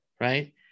right